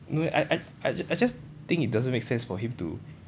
no leh I I I j~ I just think it doesn't make sense for him to